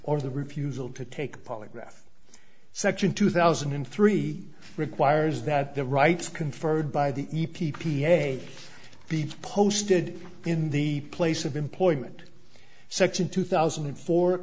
or the refusal to take polygraph section two thousand and three requires that the rights conferred by the e p a be posted in the place of employment section two thousand and four